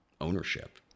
ownership